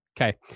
Okay